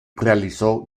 realizó